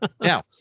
Now